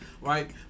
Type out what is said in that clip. right